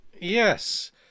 Yes